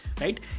right